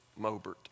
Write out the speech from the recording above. Mobert